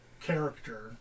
character